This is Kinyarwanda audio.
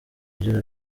agira